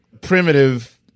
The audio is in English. primitive